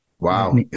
Wow